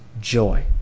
joy